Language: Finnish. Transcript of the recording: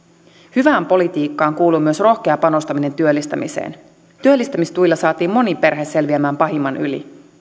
hyvään politiikkaan kuuluu myös rohkea panostaminen työllistämiseen työllistämistuilla saatiin moni perhe selviämään pahimman yli